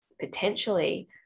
potentially